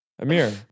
Amir